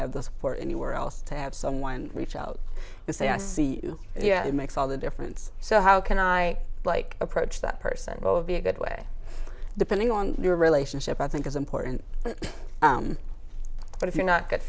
have the support anywhere else to have someone reach out and say i see you yeah it makes all the difference so how can i like approach that person all of a good way depending on your relationship i think is important but if you're not good